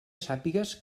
sàpigues